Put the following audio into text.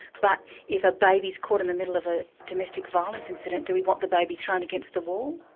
but if a baby's caught in the middle of a domestic violence incidence, do we want the baby thrown against the wall?